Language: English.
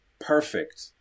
Perfect